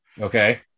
okay